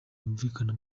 yumvikana